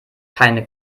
keine